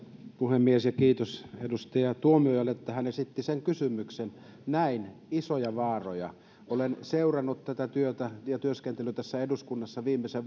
puhemies kiitos edustaja tuomiojalle että hän esitti sen kysymyksen näen isoja vaaroja olen seurannut tätä työtä ja työskentelyä tässä eduskunnassa viimeisien